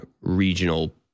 regional